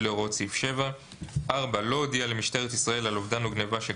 להוראות סעיף 7; (4)לא הודיע למשטרת ישראל על אובדן או גניבה של